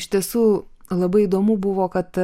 iš tiesų labai įdomu buvo kad